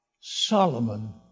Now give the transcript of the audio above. Solomon